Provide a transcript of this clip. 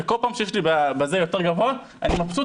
וכל פעם כשזה יותר גבוה אני מבסוט.